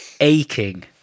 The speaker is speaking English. Aching